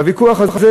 הוויכוח הזה,